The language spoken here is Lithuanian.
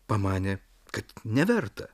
pamanė kad neverta